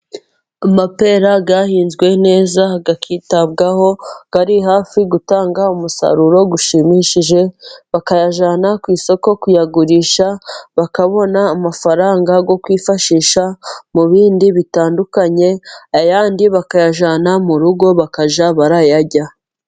Amapera yahinzwe neza, akitabwaho, ari hafi gutanga umusaruro ushimishije, bakayajyana ku isoko kuyagurisha, bakabona amafaranga yo kwifashisha mu bindi bitandukanye, ayandi bakayajyana mu rugo bakajya bayarya.